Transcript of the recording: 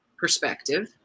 perspective